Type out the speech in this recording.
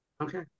okay